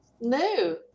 no